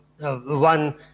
one